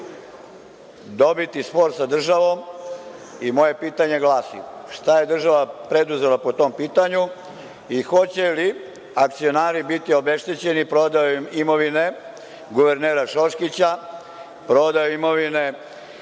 dobiti spor sa državom. Moje pitanje glasi, šta je država preduzela po tom pitanju i hoće li akcionari obeštećeni prodajom imovine guvernera Šoškića, prodajom imovine